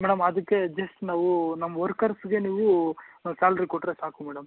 madam ಅದಕ್ಕೆ just ನಾವು ನಮ್ಮ ವರ್ಕರ್ಸ್ಗೆ ನೀವು ಸ್ಯಾಲ್ರಿ ಕೊಟ್ಟರೆ ಸಾಕು ಮೇಡಮ್